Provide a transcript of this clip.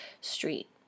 street